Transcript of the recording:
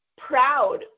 proud